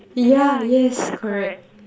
ya yes correct